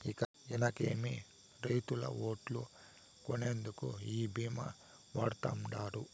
ఇనకేమి, రైతుల ఓట్లు కొనేందుకు ఈ భీమా వాడతండాడు